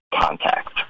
contact